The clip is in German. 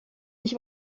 ich